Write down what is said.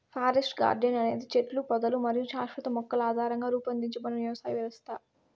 forest garden అనేది చెట్లు, పొదలు మరియు శాశ్వత మొక్కల ఆధారంగా రూపొందించబడిన వ్యవసాయ వ్యవస్థ